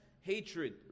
hatred